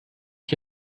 ich